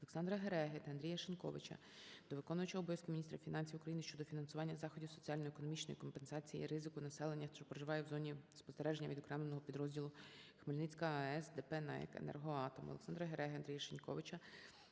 ОлександраГереги та Андрія Шиньковича до виконувача обов'язків Міністра фінансів України щодо фінансування заходів соціально-економічної компенсації ризику населення, що проживає в зоні спостереження Відокремленого підрозділу "Хмельницька АЕС" ДП "НАЕК "Енергоатом". ОлександраГереги та Андрія Шиньковича